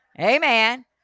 Amen